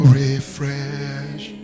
refresh